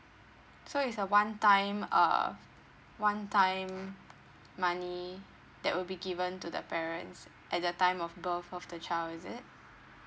so it's a one time uh one time money that will be given to the parents at the time of birth of the child is it